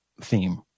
theme